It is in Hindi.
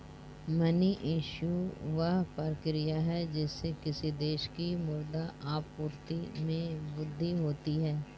मनी इश्यू, वह प्रक्रिया है जिससे किसी देश की मुद्रा आपूर्ति में वृद्धि होती है